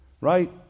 right